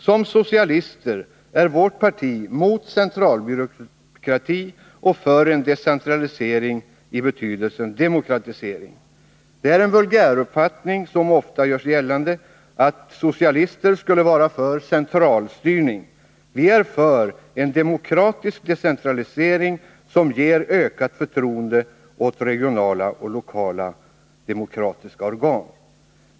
Som socialister är vi i vårt parti emot centralbyråkrati och för en decentralisering i betydelsen demokratisering. Det är en vulgäruppfattning som ofta gör sig gällande att socialister skulle vara för centralstyrning. Vi är för en demokratisk decentralisering som ger ökat förtroende åt regionala och lokala demokratiska organ.